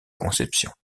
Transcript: conception